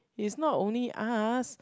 it's not only us